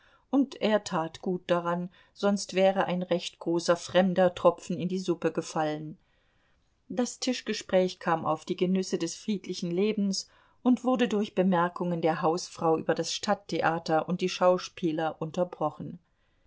und er tat gut daran sonst wäre ein recht großer fremder tropfen in die suppe gefallen das tischgespräch kam auf die genüsse des friedlichen lebens und wurde durch bemerkungen der hausfrau über das stadttheater und die schauspieler unterbrochen